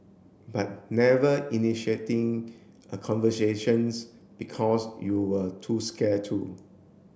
but never initiating a conversations because you were too scared to